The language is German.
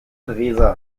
theresa